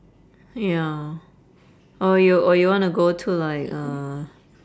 ya or you or you wanna go to like uh